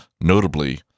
notably